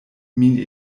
min